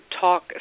talk